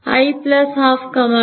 i 12 j